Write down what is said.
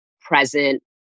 present